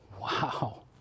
Wow